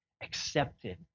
accepted